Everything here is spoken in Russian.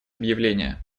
объявления